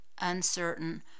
uncertain